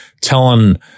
telling